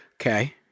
Okay